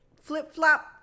flip-flop